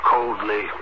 Coldly